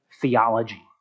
theology